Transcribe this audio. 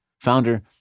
founder